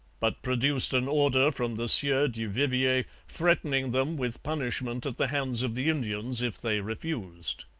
but produced an order from the sieur du vivier threatening them with punishment at the hands of the indians if they refused.